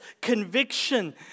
conviction